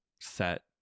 set